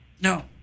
No